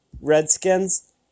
Redskins